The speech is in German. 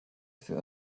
für